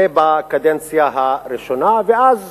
זה בקדנציה הראשונה, ואז